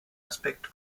aspekt